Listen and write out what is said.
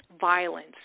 violence